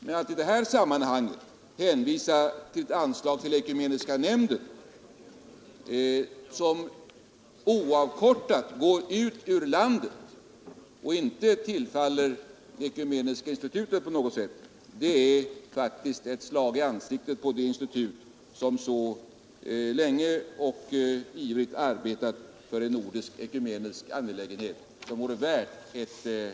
Men att i detta sammanhang hänvisa till 203 anslaget till ekumeniska nämnden, vilket oavkortat går ut ur landet och inte på något sätt tillfaller det ekumeniska institutet, är faktiskt ett slag i ansiktet på det institut som så länge och ivrigt arbetat för en nordisk ekumenisk angelägenhet som vore värd ett bistånd.